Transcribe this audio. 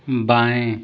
बाएँ